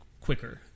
quicker